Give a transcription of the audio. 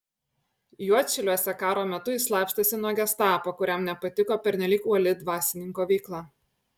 juodšiliuose karo metu jis slapstėsi nuo gestapo kuriam nepatiko pernelyg uoli dvasininko veikla